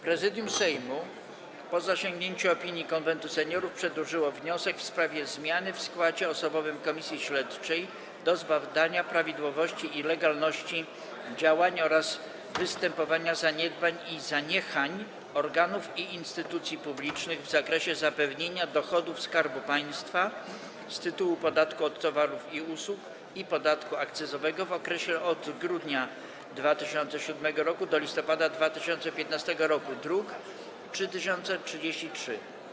Prezydium Sejmu, po zasięgnięciu opinii Konwentu Seniorów, przedłożyło wniosek w sprawie zmiany w składzie osobowym Komisji Śledczej do zbadania prawidłowości i legalności działań oraz występowania zaniedbań i zaniechań organów i instytucji publicznych w zakresie zapewnienia dochodów Skarbu Państwa z tytułu podatku od towarów i usług i podatku akcyzowego w okresie od grudnia 2007 r. do listopada 2015 r., druk nr 3033.